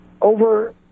over